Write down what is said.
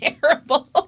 terrible